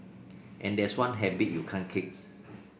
and that's one habit you can't kick